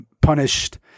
punished